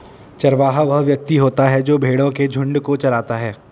चरवाहा वह व्यक्ति होता है जो भेड़ों के झुंडों को चराता है